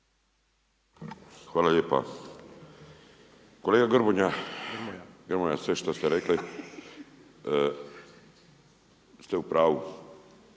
Hvala lijepa. Kolega Grmoja, sve što ste rekli, ste u pravu.